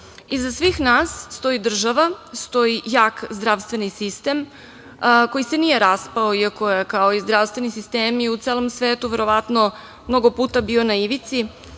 svih nas stoji država, stoji jak zdravstveni sistem koji se nije raspao iako je kao zdravstveni sistemi u celom svetu verovatno mnogo puta bio na ivici,